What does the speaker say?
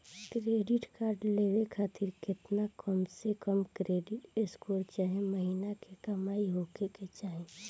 Credit card लेवे खातिर केतना कम से कम क्रेडिट स्कोर चाहे महीना के कमाई होए के चाही?